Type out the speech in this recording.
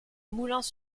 moulins